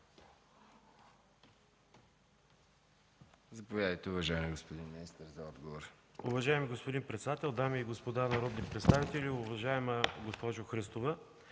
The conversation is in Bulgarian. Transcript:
Заповядайте, уважаеми господин министър, за отговор.